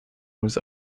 was